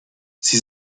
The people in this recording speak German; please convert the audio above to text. sie